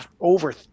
over –